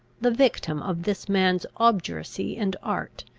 the victim of this man's obduracy and art.